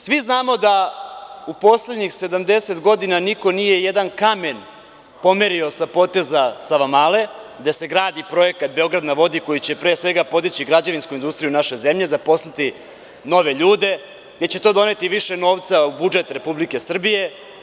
Svi znamo da u poslednjih 70 godina niko nije jedan kamen pomerio sa poteza „Savamale“ gde se gradi Projekat „Beograd na vodi“ koji će pre svega podići građevinsku industriju naše zemlje, zaposliti nove ljude, gde će to doneti više novca u budžet Republike Srbije.